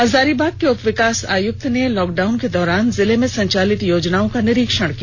हजारीबाग उपविकास आयुक्त ने लॉकडाउन के दौरान जिले में संचालित योजनाओं का निरीक्षण किया